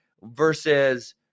versus